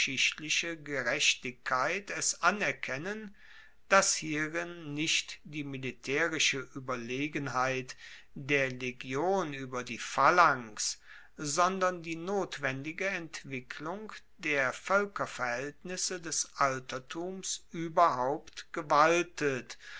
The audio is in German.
gerechtigkeit es anerkennen dass hierin nicht die militaerische ueberlegenheit der legion ueber die phalanx sondern die notwendige entwicklung der voelkerverhaeltnisse des altertums ueberhaupt gewaltet